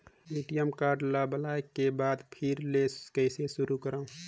ATM card ल block के बाद फिर ले कइसे शुरू करव?